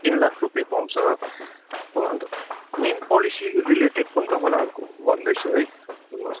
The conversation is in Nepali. तिन लाख रुपियाँ पाउँछ हो अन्त मेन पोलिसी रिलेटेड पनि अर्को भन्दैछु है सुन्नुहोस्